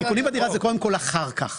תיקונים בדירה זה אחר כך,